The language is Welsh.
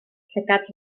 llygad